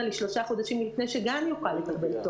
שלושה חודשים לפני שגן יוכל לקבל.